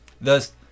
thus